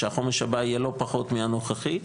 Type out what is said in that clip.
שהחומש הבא יהיה לא פחות מהנוכחי.